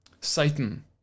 Satan